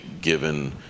given